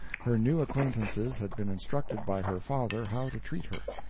her new acquaintances had been instructed by her father how to treat her,